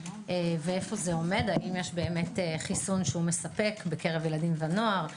האם יש חיסון שהוא באמת מספק בקרב ילדים ונוער,